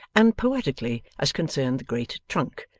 and poetically as concerned the great trunk,